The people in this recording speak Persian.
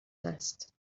هست